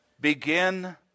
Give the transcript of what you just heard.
begin